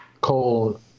coal